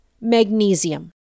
Magnesium